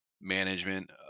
management